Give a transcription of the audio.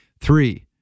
Three